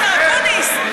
השר אקוניס,